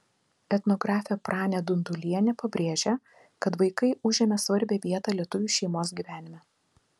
etnografė pranė dundulienė pabrėžia kad vaikai užėmė svarbią vietą lietuvių šeimos gyvenime